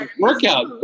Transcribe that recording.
workout